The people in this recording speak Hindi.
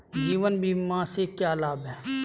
जीवन बीमा से क्या लाभ हैं?